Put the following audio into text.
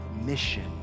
mission